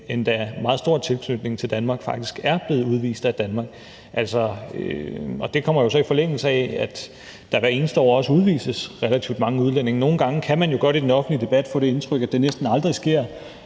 endda meget stor tilknytning til Danmark faktisk er blevet udvist af Danmark. Og det kommer så i forlængelse af, at der hvert eneste år også udvises relativt mange udlændinge. Nogle gange kan man jo godt i den offentlige debat få det indtryk, at det næsten aldrig sker,